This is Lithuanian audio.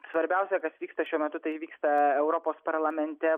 svarbiausia kas vyksta šiuo metu tai vyksta europos parlamente